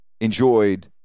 enjoyed